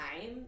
time